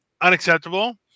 Unacceptable